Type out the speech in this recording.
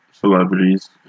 celebrities